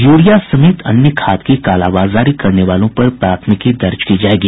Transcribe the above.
urea समेत अन्य खाद की कालाबाजारी करने वालों पर प्राथमिकी दर्ज की जायेगी